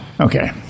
okay